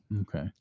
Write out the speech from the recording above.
Okay